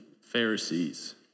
Pharisees